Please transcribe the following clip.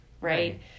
Right